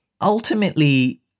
ultimately